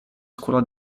scuola